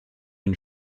une